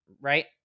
right